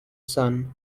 son